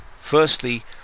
Firstly